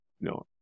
no